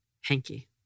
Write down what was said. hanky